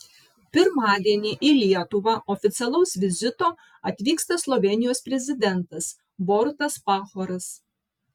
pirmadienį į lietuvą oficialaus vizito atvyksta slovėnijos prezidentas borutas pahoras